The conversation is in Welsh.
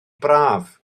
braf